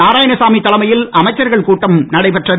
நாராயணசாமி தலைமையில் அமைச்சர்கள் கூட்டமும் நடைபெற்றது